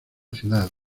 ciudad